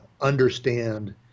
understand